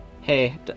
Hey